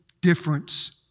difference